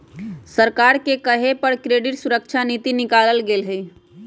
सरकारे के कहे पर क्रेडिट सुरक्षा नीति निकालल गेलई ह